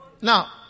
Now